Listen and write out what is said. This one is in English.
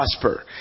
prosper